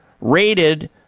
rated